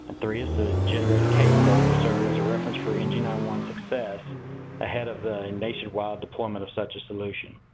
three is to generate a case study to serve as a reference for n g nine one one success ahead of the nationwide deployment of such a solution.